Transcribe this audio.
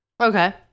Okay